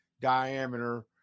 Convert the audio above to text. diameter